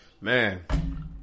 Man